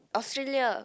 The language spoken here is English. Australia